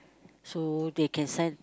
so they can send